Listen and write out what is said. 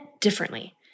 differently